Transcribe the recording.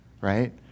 right